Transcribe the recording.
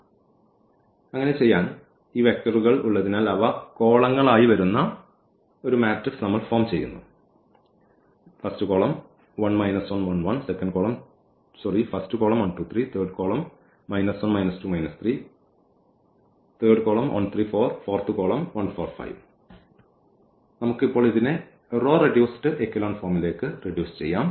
അതിനാൽ അങ്ങനെ ചെയ്യാൻ ഈ വെക്റ്റർകൾ ഉള്ളതിനാൽ അവ കോളങ്ങളായി വരുന്ന മാട്രിക്സ് ഫോം ചെയ്യുന്നു നമുക്ക് ഇപ്പോൾ ഇതിനെ റോ റെഡ്യൂസ്ഡ് എക്കെലോൺ ഫോമിലേക്ക് റെഡ്യൂസ് ചെയ്യാം